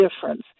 difference